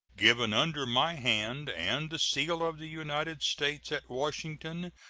given under my hand and the seal of the united states, at washington,